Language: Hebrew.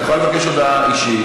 את יכולה לבקש הודעה אישית.